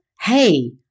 Hey